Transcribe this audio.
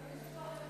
פלסנר,